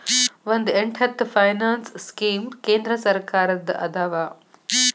ಒಂದ್ ಎಂಟತ್ತು finance scheme ಕೇಂದ್ರ ಸರ್ಕಾರದ್ದ ಅದಾವ